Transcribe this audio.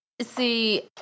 See